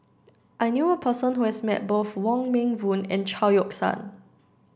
I knew a person who has met both Wong Meng Voon and Chao Yoke San